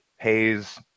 pays